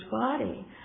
body